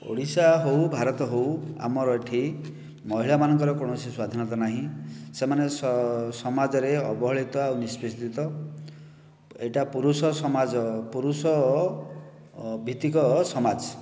ଓଡ଼ିଶା ହେଉ ଭାରତ ହେଉ ଆମର ଏଠି ମହିଳା ମାନଙ୍କର କୌଣସି ସ୍ୱାଧୀନତା ନାହିଁ ସେମାନେ ସମାଜରେ ଅବହେଳିତ ଆଉ ନିଷ୍ପେସିତ ଏହିଟା ପୁରୁଷ ସମାଜ ପୁରୁଷଭିତ୍ତିକ ସମାଜ